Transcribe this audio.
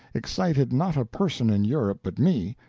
excited not a person in europe but me,